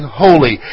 holy